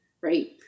right